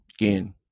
Again